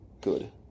good